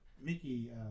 mickey